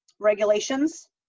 regulations